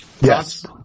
Yes